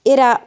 Era